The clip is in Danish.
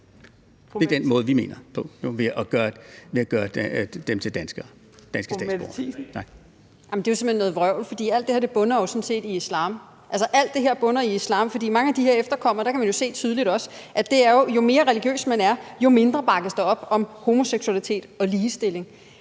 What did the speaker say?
Mette Thiesen. Kl. 13:19 Mette Thiesen (NB): Det er jo simpelt hen noget vrøvl, for alt det her bunder jo sådan set i islam. Alt det her bunder i islam, for hos mange af de her efterkommere kan man tydeligt se, at jo mere religiøse de er, jo mindre bakkes der op om homoseksualitet og ligestilling.